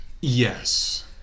Yes